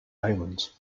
islands